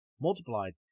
multiplied